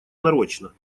нарочно